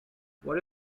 what